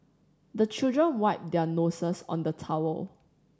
the children wipe their noses on the towel